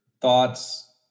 thoughts